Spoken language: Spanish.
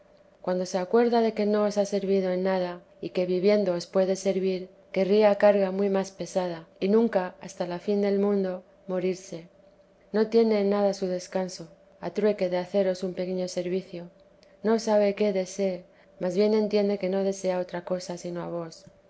cuando se acuerda de que no os ha servido en nada y que viviendo os puede servir querría carga muy más pesada y nunca hasta la fin del mundo morirse no tiene en nada su descanso a trueque de haceros un pequeño servicio no sabe qué desee mas bien entiende que no desea otra cosa sino a vos